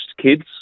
kids